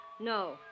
No